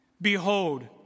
Behold